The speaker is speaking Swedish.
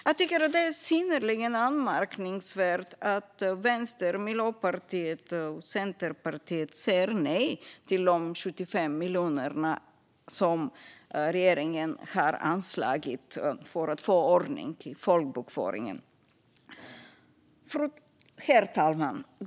Jag tycker att det är synnerligen anmärkningsvärt att Vänsterpartiet, Miljöpartiet och Centerpartiet säger nej till de 75 miljoner som regeringen har anslagit för att få ordning på folkbokföringen. Herr talman!